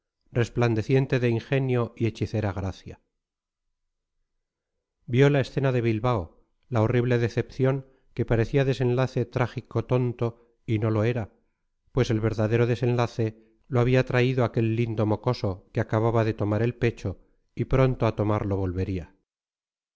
resplandeciente de ingenio y hechicera gracia vio la escena de bilbao la horrible decepción que parecía desenlace trágico tonto y no lo era pues el verdadero desenlace lo había traído aquel lindo mocoso que acababa de tomar el pecho y pronto a tomarlo volvería